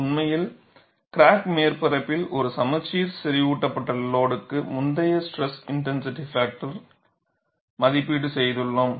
உண்மையில் கிராக் மேற்பரப்பில் crack surface ஒரு சமச்சீர் செறிவூட்டப்பட்ட லோடுக்கு முந்தைய ஸ்ட்ரெஸ் இன்டென்சிட்டி பாக்டர்stress மதிப்பீடு செய்துள்ளோம்